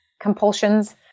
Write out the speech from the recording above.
compulsions